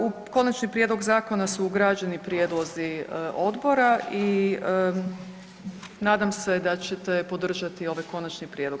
U konačni prijedlog zakona su ugrađeni prijedlozi odbora i nadam se da ćete podržati ovaj konačni prijedlog.